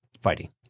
fighting